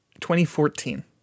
2014